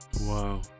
wow